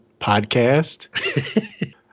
podcast